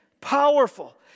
powerful